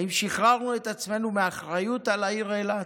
האם שחררנו את עצמנו מהאחריות לעיר אילת?